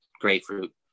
grapefruit